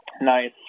Nice